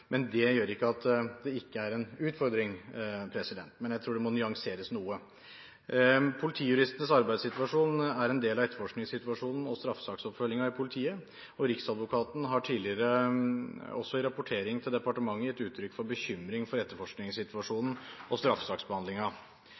Det gjør ikke at det ikke er en utfordring, men jeg tror det må nyanseres noe. Politijuristenes arbeidssituasjon er en del av etterforskningssituasjonen og straffesaksoppfølgingen i politiet, og Riksadvokaten har tidligere, også i rapportering til departementet, gitt uttrykk for bekymring for etterforskningssituasjonen og